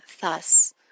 thus